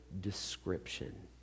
description